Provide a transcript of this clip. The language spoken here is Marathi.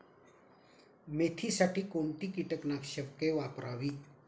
मेथीसाठी कोणती कीटकनाशके वापरावी?